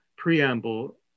preamble